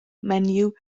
menyw